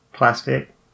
plastic